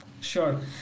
sure